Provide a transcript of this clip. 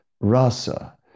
rasa